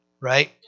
right